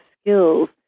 skills